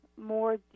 more